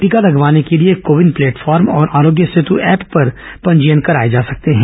टीका लगवाने के लिए को विन प्लेटफॉर्म और आरोग्य सेतु ऐप पर पंजीयन कराए जा सकते हैं